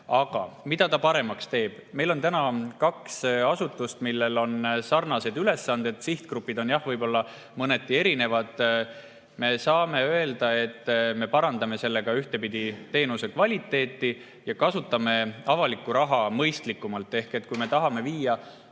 Aga mida see paremaks teeb? Meil on kaks asutust, millel on sarnased ülesanded, sihtgrupid on jah võib-olla mõneti erinevad. Me saame öelda, et me ühtpidi parandame sellega teenuse kvaliteeti ja kasutame avalikku raha mõistlikumalt. Kui me tahame viia